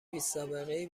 بیسابقهای